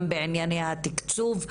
גם בענייני התיקצוב.